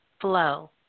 flow